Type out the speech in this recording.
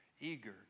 eager